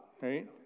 right